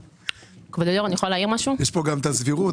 יש כאן גם את הסבירות,